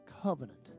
covenant